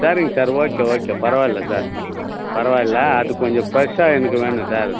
சரிங்க sir okay okay பரவாயில்லை sir பரவாயில்லை அது கொஞ்சம் ஃப்ரெஷ்ஷாக எனக்கு வேணும் சார்